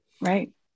right